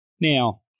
Now